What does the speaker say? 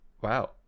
wow